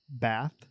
bath